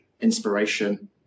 inspiration